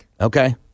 Okay